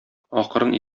акрын